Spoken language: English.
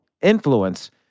influence